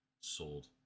sold